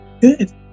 Good